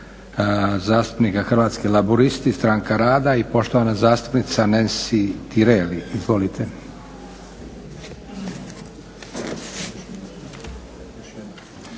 zastupnika Hrvatski laburisti-Stranka rada i poštovana zastupnica Nansi Tireli. Izvolite.